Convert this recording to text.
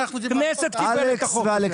הכנסת קיבלה את החוק הזה.